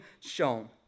shown